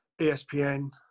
ESPN